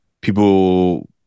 people